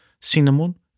cinnamon